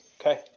Okay